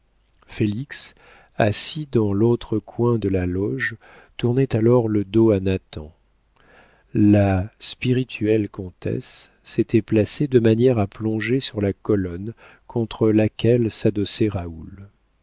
félix assis dans l'autre coin de la loge tournait alors le dos à nathan la spirituelle comtesse s'était placée de manière à plonger sur la colonne contre laquelle s'adossait raoul